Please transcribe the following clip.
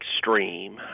extreme